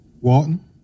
Walton